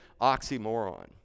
oxymoron